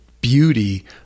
beauty